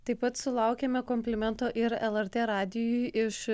taip pat sulaukėme komplimento ir lrt radijui iš